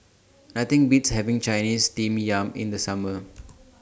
Nothing Beats having Chinese Steamed Yam in The Summer